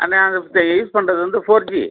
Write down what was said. ஆனால் இப்போ யூஸ் பண்ணுறது வந்து ஃபோர் ஜி